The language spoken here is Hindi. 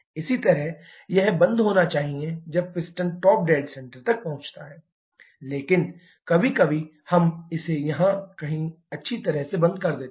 इसी तरह यह बंद होना चाहिए जब पिस्टन टॉप डैड सेंटर तक पहुंचता है लेकिन कभी कभी हम इसे यहां कहीं अच्छी तरह से बंद कर देते हैं